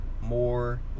more